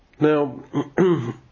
Now